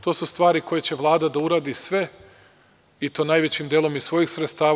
To su stvari koje će Vlada da uradi sve i to najvećim delom iz svojih sredstava.